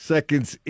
Seconds